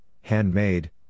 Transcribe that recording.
handmade